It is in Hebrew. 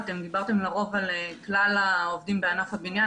דיברתם לרוב על כלל העובדים בענף הבנייה.